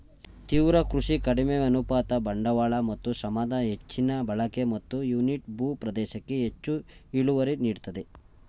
ತೀವ್ರ ಕೃಷಿ ಕಡಿಮೆ ಅನುಪಾತ ಬಂಡವಾಳ ಮತ್ತು ಶ್ರಮದ ಹೆಚ್ಚಿನ ಬಳಕೆ ಮತ್ತು ಯೂನಿಟ್ ಭೂ ಪ್ರದೇಶಕ್ಕೆ ಹೆಚ್ಚು ಇಳುವರಿ ನೀಡ್ತದೆ